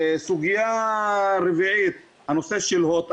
סוגיה רביעית, הנושא של הוט.